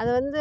அது வந்து